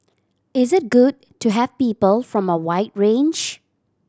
is it good to have people from a wide range